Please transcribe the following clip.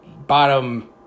bottom